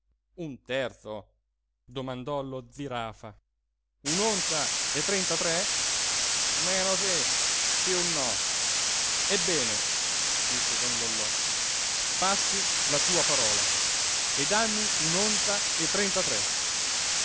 un terzo domandò lo zirafa un'onza e trentatré meno sì più no ebbene disse don lollò passi la tua parola e dammi un'onza e trentatré